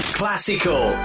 classical